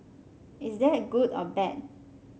is that good or bad